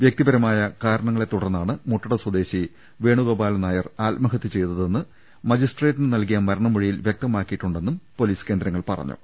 വ്യക്തിപരമായ കാരണങ്ങളെ തുടർന്നാണ് മുട്ടട സ്വദേശി വേണുഗോപാലൻ നായർ ആത്മഹത്യ ചെയ്തതെന്ന് മജിസ്ട്രേ റ്റിന് നൽകിയ മരണമൊഴിയിൽ വ്യക്തമാക്കിയിട്ടുണ്ടെന്നും പൊലീസ് കേന്ദ്ര ങ്ങൾ പറഞ്ഞു